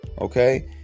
Okay